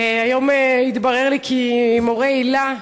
היום התברר לי כי מורי היל"ה,